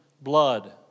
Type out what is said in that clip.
blood